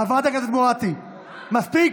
חברת הכנסת מואטי, מספיק.